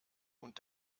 und